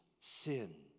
sin